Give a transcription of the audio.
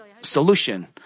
solution